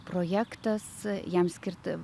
projektas jam skirti